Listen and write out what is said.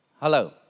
Hello